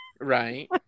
Right